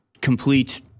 complete